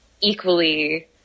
equally